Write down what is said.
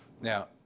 Now